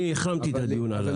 אני החרמתי את הדיון בוועדה.